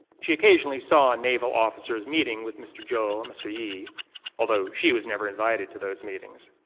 she occasionally saw naval officers meeting with mr. zhou or mr. yi although she was never invited to those meetings.